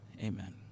amen